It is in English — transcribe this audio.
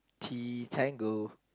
T tango